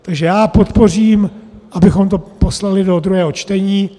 Takže já podpořím, abychom to poslali do druhého čtení.